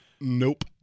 nope